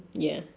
ya